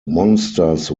monsters